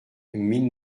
mille